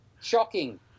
Shocking